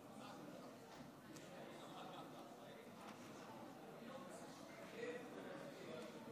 אם כך, נעבור להשגה הבאה, אף היא בהצבעה שמית,